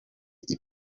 ibi